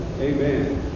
Amen